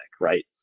right